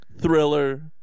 Thriller